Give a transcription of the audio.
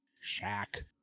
shack